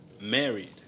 married